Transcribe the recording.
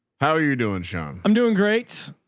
how are you doing sean? i'm doing great.